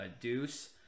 Deuce